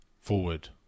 forward